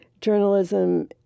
journalism